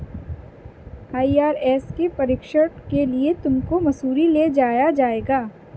IRS के प्रशिक्षण के लिए तुमको मसूरी ले जाया जाएगा